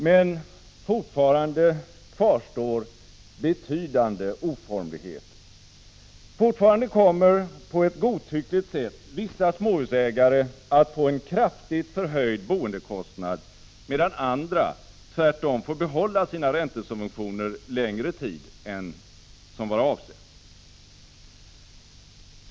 Men ändå kvarstår betydande oformligheter. Fortfarande kommer, på ett godtyckligt sätt, vissa småhusägare att få en kraftigt förhöjd boendekostnad, medan andra tvärtom får behålla sina räntesubventioner längre tid än vad som var avsett.